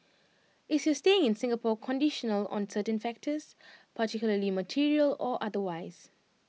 is your staying in Singapore conditional on certain factors particularly material or otherwise